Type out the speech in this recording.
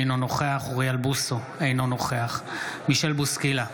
אינו נוכח אוריאל בוסו, אינו נוכח מישל בוסקילה,